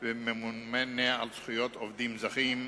וממונה על זכויות עובדים זרים),